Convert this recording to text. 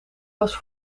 was